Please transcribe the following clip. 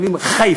אומרים "ח'יפה",